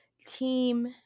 team